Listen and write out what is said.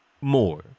more